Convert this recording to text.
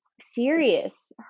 serious